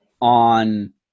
on